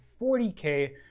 40K